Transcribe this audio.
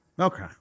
okay